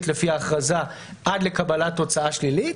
לפי ההכרזה עד לקבלת תוצאה שלילית,